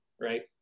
right